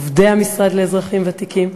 ועובדי המשרד לאזרחים ותיקים,